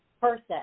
person